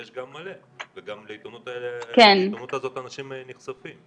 כי יש גם הרבה ולעיתונות הזאת אנשים נחשפים.